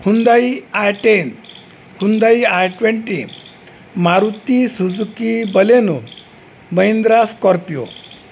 Hyundai i ten Hyundai i twenty Maruti Suzuki Baleno Mahindra Scorpio